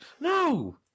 No